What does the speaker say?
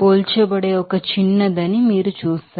పోల్చబడే ఒక చిన్నదని మీరు చూస్తారు